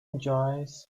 enjoys